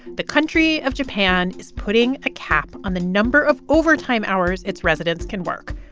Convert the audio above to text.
the country of japan is putting a cap on the number of overtime hours its residents can work.